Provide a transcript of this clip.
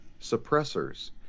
suppressors